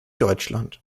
deutschland